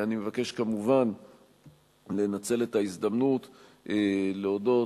אני מבקש כמובן לנצל את ההזדמנות להודות